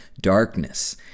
darkness